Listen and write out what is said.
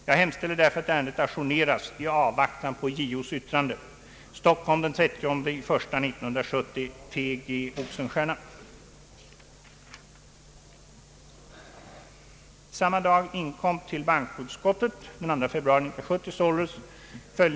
Jag hemställer därför att ärendet ajourneras i avvaktan på JO:s yttrande.